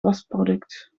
wasproduct